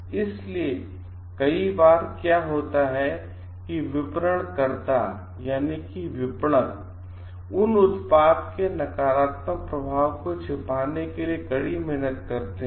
इसलिए तो कई बार क्या होता है कि विपरणकर्ता विपणक उन उत्पाद के नकारात्मक प्रभाव को छिपाने के लिए कड़ी मेहनत करते हैं